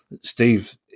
Steve